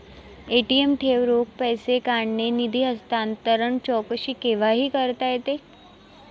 ATM ठेव, रोख पैसे काढणे, निधी हस्तांतरण, चौकशी केव्हाही करता येते